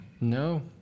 No